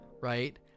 Right